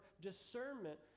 discernment